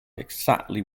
exactly